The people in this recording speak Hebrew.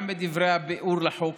גם בדברי הביאור לחוק